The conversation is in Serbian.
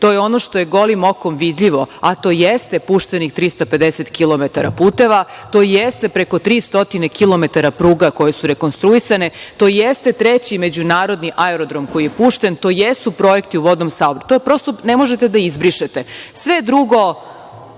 to je ono što je golim okom vidljivo, a to jeste puštenih 350 kilometara puteva, to jeste preko 300 kilometara pruga koje su rekonstruisane, to jeste treći međunarodni aerodrom koji je pušten, to jesu projekti u vodnom saobraćaju. To prosto ne možete da izbrišete. Sve drugo